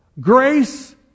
Grace